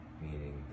meaning